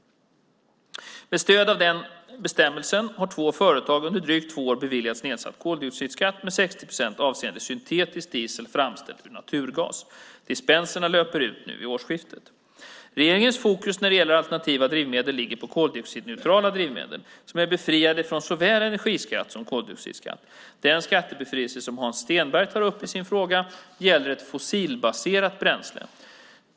Med stöd av den bestämmelsen har två företag under drygt två år beviljats nedsatt koldioxidskatt med 60 procent avseende syntetisk diesel framställd ur naturgas. Dispenserna löpte ut nu vid årsskiftet. Regeringens fokus när det gäller alternativa drivmedel ligger på koldioxidneutrala drivmedel, som är befriade från såväl energiskatt som koldioxidskatt. Den skattebefrielse som Hans Stenberg tar upp i sin fråga gäller ett fossilbaserat bränsle.